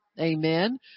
Amen